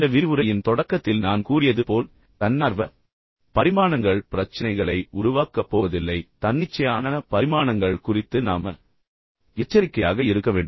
இந்த விரிவுரையின் தொடக்கத்தில் நான் கூறியது போல் தன்னார்வ பரிமாணங்கள் பிரச்சினைகளை உருவாக்கப் போவதில்லை ஆனால் தன்னிச்சையான பரிமாணங்கள் குறித்து நாம் எச்சரிக்கையாக இருக்க வேண்டும்